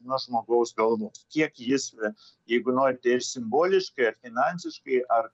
nuo žmogaus galvos kiek jis ve jeigu norite ir simboliškai ar finansiškai ar